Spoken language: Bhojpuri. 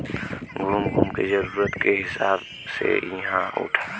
घूम घूम के जरूरत के हिसाब से इ इहां उहाँ खेती करेलन